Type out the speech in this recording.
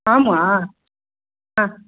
आम् वा हा